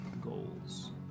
goals